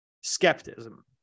skepticism